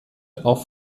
auf